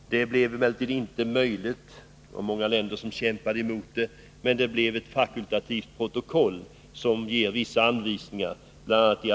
Det var emellertid inte möjligt, eftersom många länder kämpade emot. Men ett fakultativt protokoll som ger vissa anvisningar kom till stånd. Bl.